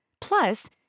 Plus